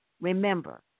Remember